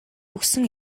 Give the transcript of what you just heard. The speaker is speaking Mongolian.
өгсөн